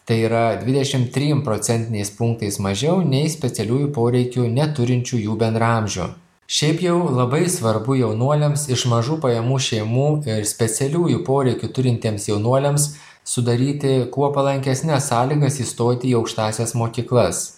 tai yra dvidešim trim procentiniais punktais mažiau nei specialiųjų poreikių neturinčių jų bendraamžių šiaip jau labai svarbu jaunuoliams iš mažų pajamų šeimų ir specialiųjų poreikių turintiems jaunuoliams sudaryti kuo palankesnes sąlygas įstoti į aukštąsias mokyklas